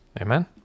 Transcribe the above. amen